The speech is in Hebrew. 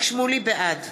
בעד